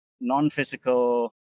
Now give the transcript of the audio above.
non-physical